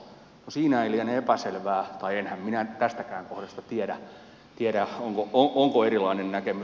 no siinä ei liene epäselvää tai enhän minä nyt tästäkään kohdasta tiedä onko siitä erilainen näkemys